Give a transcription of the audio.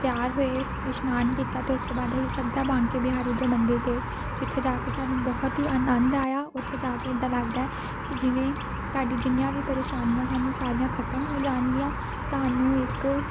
ਤਿਆਰ ਹੋਏ ਇਸ਼ਨਾਨ ਕੀਤਾ ਅਤੇ ਉਸ ਤੋਂ ਬਾਅਦ ਅਸੀਂ ਸਿੱਧਾ ਬਾਂਕੇ ਬਿਹਾਰੀ ਦੇ ਮੰਦਿਰ ਗਏ ਜਿੱਥੇ ਜਾ ਕੇ ਸਾਨੂੰ ਬਹੁਤ ਹੀ ਆਨੰਦ ਆਇਆ ਉੱਥੇ ਜਾ ਕੇ ਇੱਦਾਂ ਲੱਗਦਾ ਕਿ ਜਿਵੇਂ ਤੁਹਾਡੀ ਜਿੰਨੀਆਂ ਵੀ ਪਰੇਸ਼ਾਨੀਆਂ ਹਨ ਉਹ ਸਾਰੀਆਂ ਖ਼ਤਮ ਹੋ ਜਾਣਗੀਆਂ ਤੁਹਾਨੂੰ ਇੱਕ